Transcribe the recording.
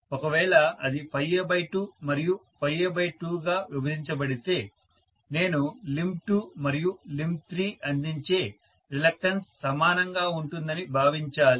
ఒకవేళ అది A2మరియుA2గా విభజించబడితే నేను లింబ్ 2 మరియు లింబ్ 3 అందించే రిలక్టన్స్ సమానంగా ఉంటుందని భావించాలి